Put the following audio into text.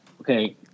okay